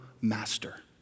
master